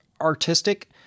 artistic